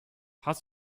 hast